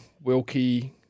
Wilkie